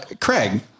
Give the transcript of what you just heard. Craig